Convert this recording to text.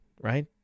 Right